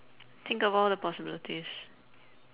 think about all the possibilities